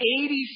eighty